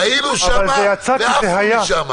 אבל זה יצא כי זה היה.